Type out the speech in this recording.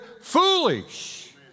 foolish